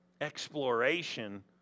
exploration